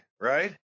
right